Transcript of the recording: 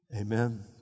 Amen